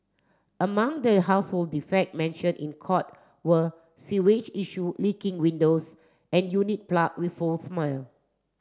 among the household defect mentioned in court were sewage issue leaking windows and unit plague with foul smell